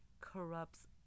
corrupts